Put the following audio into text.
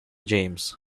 james